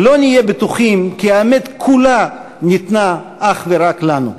לא נהיה בטוחים כי האמת כולה ניתנה אך ורק לנו.